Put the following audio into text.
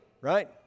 right